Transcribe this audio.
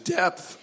depth